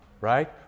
right